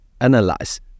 analyze